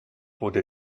wurde